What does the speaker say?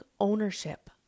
ownership